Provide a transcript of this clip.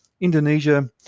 Indonesia